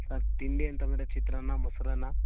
sir ತಿಂಡಿ ಅಂತಂದರೆ ಚಿತ್ರಾನ್ನ ಮೊಸರನ್ನ